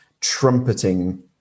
trumpeting